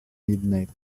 midnight